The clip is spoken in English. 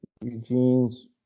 Eugene's